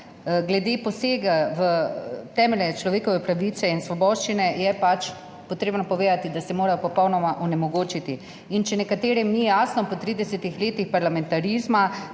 Glede posega v temeljne človekove pravice in svoboščine je pač potrebno povedati, da se mora popolnoma onemogočiti. In če nekaterim ni jasno po 30 letih parlamentarizma,